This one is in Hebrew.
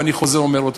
ואני חוזר ואומר אותו: